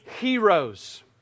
heroes